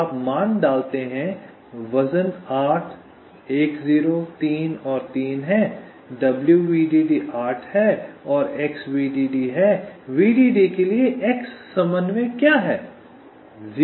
तो आप मान डालते हैं वजन 8 10 3 और 3 है w vdd 8 है और x vdd है vdd के लिए x समन्वय क्या है